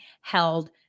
held